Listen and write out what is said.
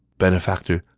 benefactor,